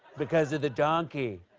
because of the donkey.